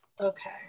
Okay